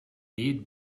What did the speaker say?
need